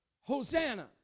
Hosanna